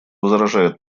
возражает